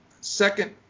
second